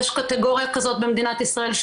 יש קטגוריה כזאת במדינת ישראל,